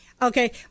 Okay